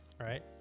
right